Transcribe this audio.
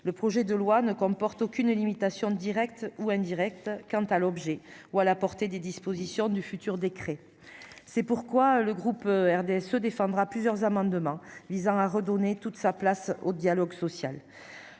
le projet de loi ne comporte aucune limitation directe ou quant à l'objet ou à la portée des dispositions du futur décret, c'est pourquoi le groupe RDSE défendra plusieurs amendements visant à redonner toute sa place au dialogue social,